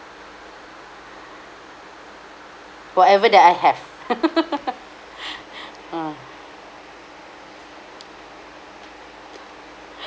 whatever that I have ah